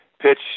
pitch